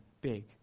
big